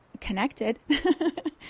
connected